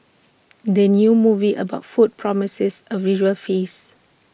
the new movie about food promises A visual feast